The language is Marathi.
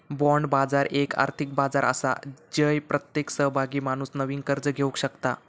बाँड बाजार एक आर्थिक बाजार आसा जय प्रत्येक सहभागी माणूस नवीन कर्ज घेवक शकता